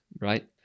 right